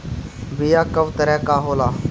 बीया कव तरह क होला?